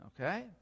Okay